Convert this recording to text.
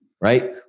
right